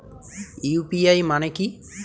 UPI মানে কি?